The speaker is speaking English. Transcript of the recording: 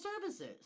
services